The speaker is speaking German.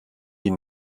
die